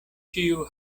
ĉiu